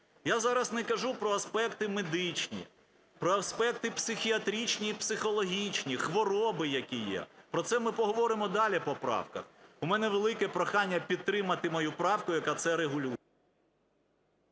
Я зараз не кажу про аспекти медичні, про аспекти психіатричні і психологічні, хвороби які є. Про це ми поговоримо далі по правках. У мене велике прохання підтримати мою правку, яка це регулює.